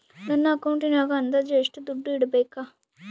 ನನ್ನ ಅಕೌಂಟಿನಾಗ ಅಂದಾಜು ಎಷ್ಟು ದುಡ್ಡು ಇಡಬೇಕಾ?